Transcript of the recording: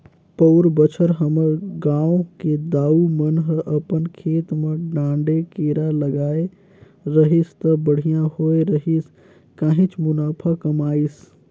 पउर बच्छर हमर गांव के दाऊ मन ह अपन खेत म डांड़े केरा लगाय रहिस त बड़िहा होय रहिस काहेच मुनाफा कमाइस